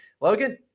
Logan